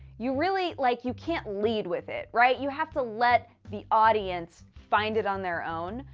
you really. like, you can't lead with it, right? you have to let the audience find it on their own.